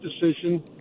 decision